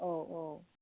औ औ